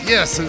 Yes